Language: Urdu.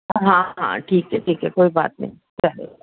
ہاں ہاں ٹھیک ہے ٹھیک ہے کوئی بات نہیں رکھ رہی ہوں میں